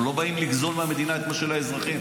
אנחנו לא באים לגזול מהמדינה את מה ששל האזרחים.